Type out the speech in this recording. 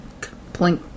Plink